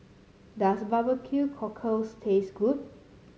does bbq cockle taste good